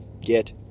Get